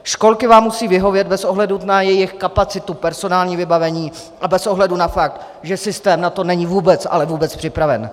Školky vám musí vyhovět bez ohledu na svou kapacitu, personální vybavení a bez ohledu na fakt, že systém na to není vůbec, ale vůbec připraven.